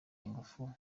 ingufu